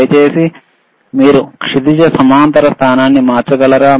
దయచేసి మీరు క్షితిజ సమాంతర స్థానాన్ని మార్చగలరా